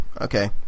okay